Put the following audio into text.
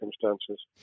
circumstances